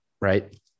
right